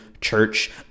church